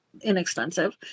inexpensive